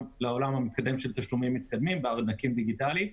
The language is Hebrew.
המתקדם של תשלומים מתקדמים בארנקים דיגיטליים.